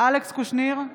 אלכס קושניר,